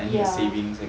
ya